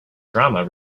drama